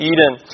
Eden